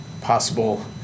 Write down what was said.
possible